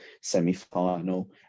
semi-final